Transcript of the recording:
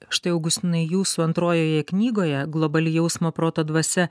štai augustinai jūsų antrojoje knygoje globali jausmo proto dvasia